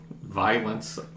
Violence